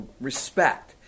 respect